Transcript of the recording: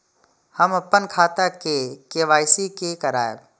हम अपन खाता के के.वाई.सी के करायब?